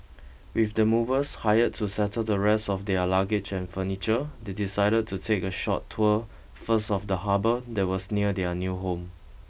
with the movers hired to settle the rest of their luggage and furniture they decided to take a short tour first of the harbour that was near their new home